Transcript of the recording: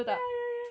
ya ya ya